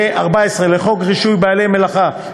ו-14 לחוק רישוי בעלי מלאכה,